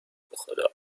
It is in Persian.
بخدا